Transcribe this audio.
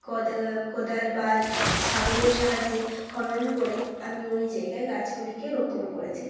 কোদাল বা শাবলের সাহায্যে খনন করে আমি ওই জায়গায় গাছগুলিকে রোপণ করেছি